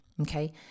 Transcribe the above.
okay